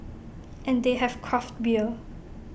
and they have craft beer